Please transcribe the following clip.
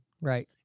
Right